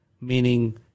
meaning